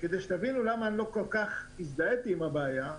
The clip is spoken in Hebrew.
שתבינו למה אני לא כל כך הזדהיתי עם הבעיה.